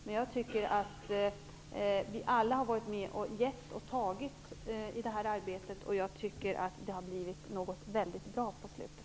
Men jag tycker att vi alla har varit med och gett och tagit i detta arbete, och jag tycker att det har blivit något mycket bra på slutet.